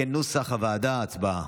כנוסח הוועדה, הצבעה.